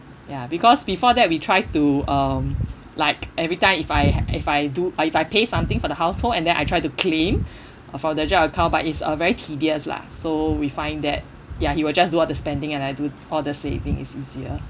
ya because before that we try to um like every time if I if I do I if I pay something for the household and then I try to claim from the joint account but it's uh very tedious lah so we find that ya he will just do all the spending and I do all the saving it's easier